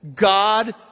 God